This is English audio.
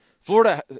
Florida